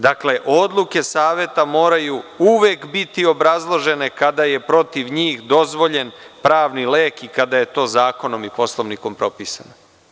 Dakle, odluke Saveta moraju uvek biti obrazložene kada je protiv njih dozvoljen pravni lek i kada je to zakonom i poslovnikom propisano.